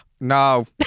No